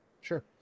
Sure